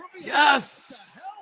yes